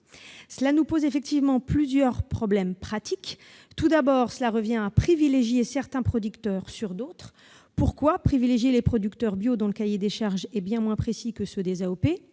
ce qui pose plusieurs problèmes pratiques. Tout d'abord, cela revient à privilégier certains producteurs au détriment d'autres. Pourquoi privilégier ainsi les producteurs bio, dont le cahier des charges est bien moins précis que celui des AOP,